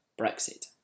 Brexit